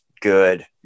good